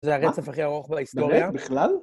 זה הרצף הכי ארוך בהיסטוריה. באמת? בכלל?